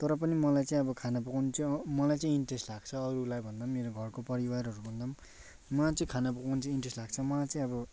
तर पनि मलाई चाहिँ अब खाना पकाउनु चाहिँ अहँ मलाई चाहिँ इन्ट्रेस लाग्छ अरूलाई भन्दा पनि मेरो घरको परिवारहरूभन्दा पनि मलाई चाहिँ खाना पकाउनु चाहिँ इन्ट्रेस लाग्छ मलाई चाहिँ अब